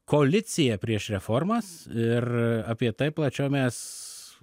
koaliciją prieš reformas ir apie tai plačiau mes